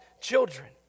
children